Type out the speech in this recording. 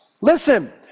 Listen